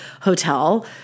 hotel